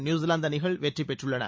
New Zealand அணிகள் வெற்றி பெற்றுள்ளன